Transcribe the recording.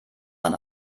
man